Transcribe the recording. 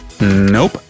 Nope